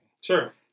Sure